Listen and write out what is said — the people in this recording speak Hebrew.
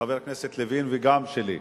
חבר הכנסת לוין וגם שלי,